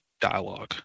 dialogue